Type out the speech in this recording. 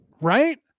Right